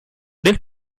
del